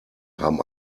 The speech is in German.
haben